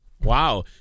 Wow